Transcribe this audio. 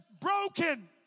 broken